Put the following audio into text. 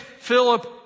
Philip